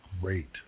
great